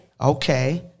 okay